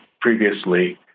previously